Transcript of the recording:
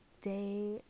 day